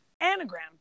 anagram